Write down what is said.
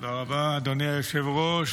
תודה רבה, אדוני היושב-ראש.